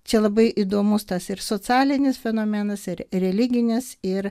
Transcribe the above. čia labai įdomus tas ir socialinis fenomenas ir religinis ir